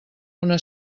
una